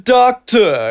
doctor